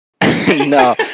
no